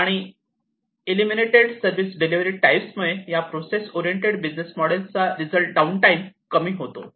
आणि unlimited delivery types मुळे या प्रोसेस ओरिएंटेड बिझनेस मॉडेल चा रिझल्ट डाऊन टाईम कमी होतो